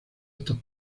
estos